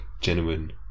genuine